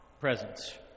presence